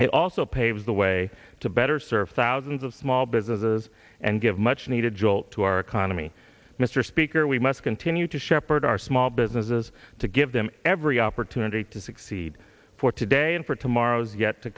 it also paves the way to better serve thousands of small businesses and give much needed jolt to our economy mr speaker we must continue to shepherd our small businesses to give them every opportunity to succeed for today and for tomorrow's yet to